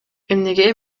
эмнеге